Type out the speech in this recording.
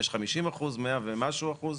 יש 50 אחוז, מאה ומשהו אחוז.